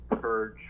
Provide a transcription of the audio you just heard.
purge